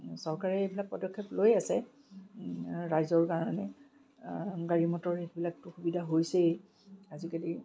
চৰকাৰে এইবিলাক পদক্ষেপ লৈ আছে ৰাইজৰ কাৰণে গাড়ী মটৰ এইবিলাকটো সুবিধা হৈছেই আজিকালি